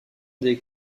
des